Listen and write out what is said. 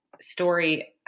story